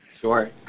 Sure